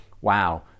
wow